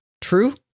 true